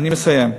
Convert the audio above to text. אני מסיים.